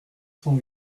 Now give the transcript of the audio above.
cent